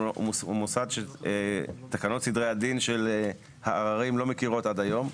הוא מוסד שתקנות סדרי הדין העררים לא מכירות עד היום,